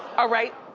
ah right,